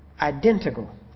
identical